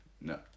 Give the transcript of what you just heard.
No